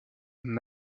ville